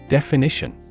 Definition